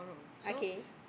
okay